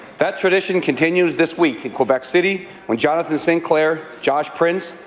that tradition continues this week in quebec city when jonathan sinclair, josh prince,